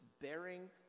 bearing